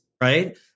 right